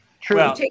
True